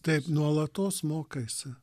taip nuolatos mokaisi